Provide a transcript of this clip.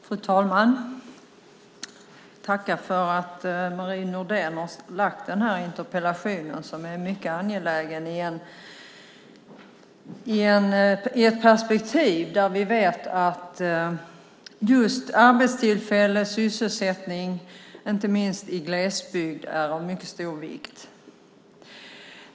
Fru talman! Jag tackar för att Marie Nordén har ställt den här interpellationen, som är mycket angelägen i ett perspektiv där vi vet att just arbetstillfällen och sysselsättning inte minst i glesbygd är av mycket stor vikt.